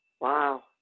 Wow